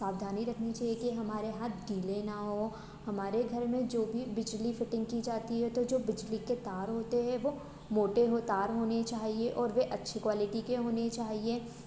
सावधानी रखनी चाहिए कि हमारे हाथ गिले ना हो हमारे घर में जो भी बिजली फ़िटिंग की जाती है तो जो बिजली के तार होते हैं वो मोटे हो तार होने चाहिए और वे अच्छी क्वालिटी के होने चाहिए